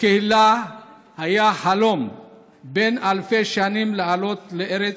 לקהילה היה חלום בן אלפי שנים לעלות לארץ